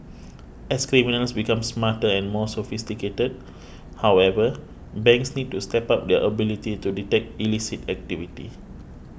as criminals become smarter and more sophisticated however banks need to step up their ability to detect illicit activity